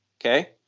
Okay